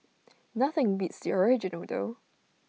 nothing beats the original noodle